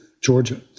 Georgia